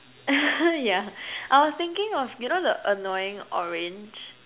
yeah I was thinking of you know the annoying orange